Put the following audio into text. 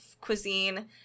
cuisine